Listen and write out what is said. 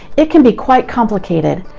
it can be quite complicated,